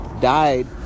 died